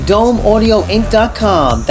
DomeAudioInc.com